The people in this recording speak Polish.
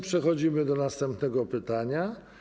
Przechodzimy do następnego pytania.